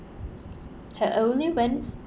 had only went